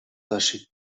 teixit